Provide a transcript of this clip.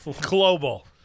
Global